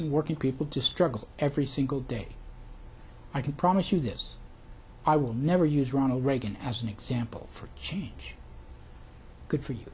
and working people to struggle every single day i can promise you this i will never use ronald reagan as an example for change good for you